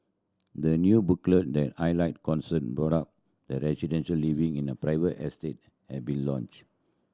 the new booklet that highlight concern brought up by residents living in a private estate has been launched